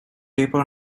deeper